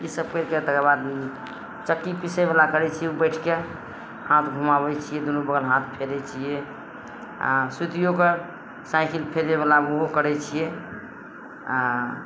ईसब करि कए तकरबाद उ चक्की पीसयवला करय छियै उ बैठ कए हाथ घुमाबय छियै दुनू बगल हाथ फेरय छियै आओर सुतियो कए साइकिल फेरयवला ओहो करय छियै आओर